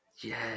yes